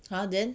!huh! then